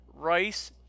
rice